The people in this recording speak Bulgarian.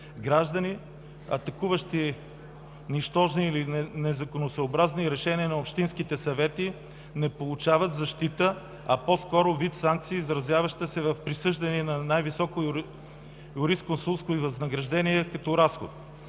Граждани, атакуващи нищожни или незаконосъобразни решения на общинските съвети, не получават защита, а по-скоро вид санкция, изразяваща се в присъждане на най-високо юрисконсултско възнаграждение като разход.